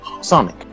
Sonic